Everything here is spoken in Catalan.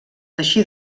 així